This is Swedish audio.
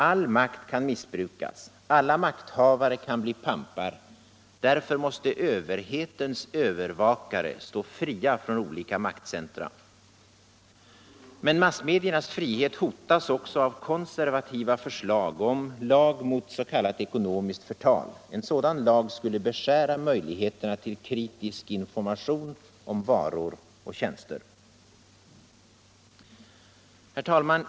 All makt kan missbrukas, alla makthavare kan bli pampar. Därför måste överhetens övervakare stå fria från olika maktcentra. Massmediernas frihet hotas också av konservativa förslag om lag mot s.k. ekonomiskt förtal. En sådan lag skulle beskära möjligheterna till kritisk information om varor och tjänster.